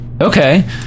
Okay